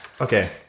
Okay